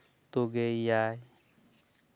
ᱛᱩᱜᱮ ᱮᱭᱟᱭ